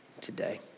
today